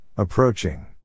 approaching